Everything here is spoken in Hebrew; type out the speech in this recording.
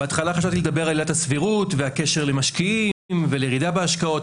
בהתחלה חשבתי לדבר על עילת הסבירות ועל הקשר למשקיעים ולירידה בהשקעות,